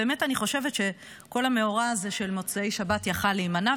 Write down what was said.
באמת אני חושבת שכל המאורע הזה של מוצאי שבת היה יכול להימנע,